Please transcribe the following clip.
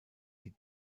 die